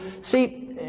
see